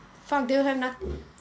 fuck they'll have nothing